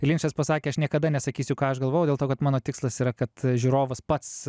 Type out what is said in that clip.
linčas pasakė aš niekada nesakysiu ką aš galvojau dėl to kad mano tikslas yra kad žiūrovas pats